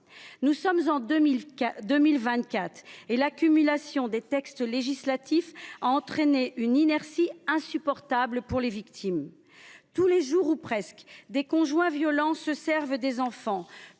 Nous sommes en 2024 et l’accumulation des textes législatifs a entraîné une inertie insupportable pour les victimes. Tous les jours ou presque, des conjoints violents se servent des enfants.